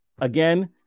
again